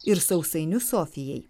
ir sausainius sofijai